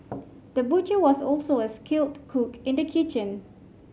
the butcher was also a skilled cook in the kitchen